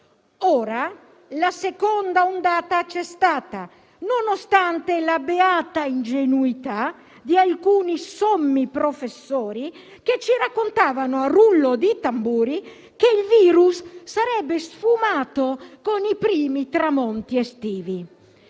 Ora, la seconda ondata c'è stata, nonostante la beata ingenuità di alcuni sommi professori che ci hanno raccontato, a rullo di tamburi, che il virus sarebbe sfumato con i primi tramonti estivi.